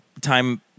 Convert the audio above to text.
Time